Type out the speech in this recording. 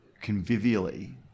convivially